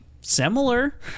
similar